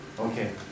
Okay